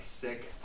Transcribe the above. sick